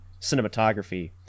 cinematography